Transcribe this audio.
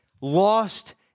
lost